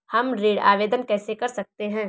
हम ऋण आवेदन कैसे कर सकते हैं?